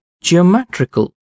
geometrical